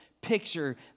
picture